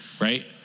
right